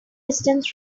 distance